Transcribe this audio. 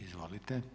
Izvolite.